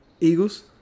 Eagles